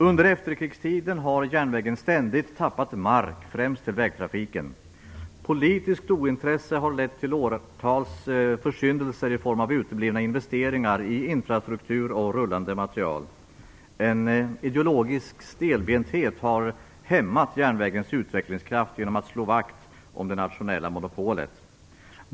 Under efterkrigstiden har järnvägen ständigt tappat mark, främst till vägtrafiken. Politiskt ointresse har lett till åratals försyndelser i form av uteblivna investeringar i infrastruktur och rullande materiel. En ideologisk stelbenthet har hämmat järnvägens utvecklingskraft genom att man har slagit vakt om det nationella monopolet.